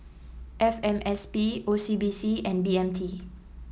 F M S P O C B C and B M T